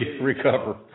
recover